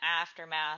aftermath